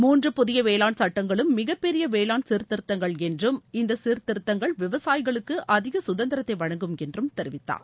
மூன்று புதிய வேளாண் சுட்டங்களும் மிகப் பெரிய வேளாண் சீர்திருத்தங்கள் என்றும் இந்த சீர்திருத்தங்கள் விவசாயிகளுக்கு அதிக சுதந்திரத்தை வழங்கும் என்றும் தெரிவித்தார்